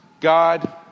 God